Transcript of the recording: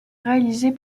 réalisée